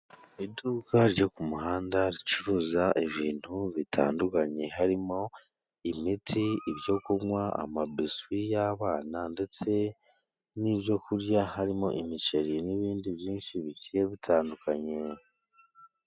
Iduka ryo ku muhanda ricuruza ibintu bitandukanye, harimo imiti, ibyo kunywa, amabiswi y'abana, ndetse n'ibyo kurya, harimo imiceri n'ibindi byinshi bigiye bitandukanye.